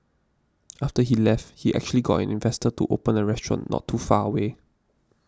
after he left he actually got an investor to open a restaurant not too far away